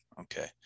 Okay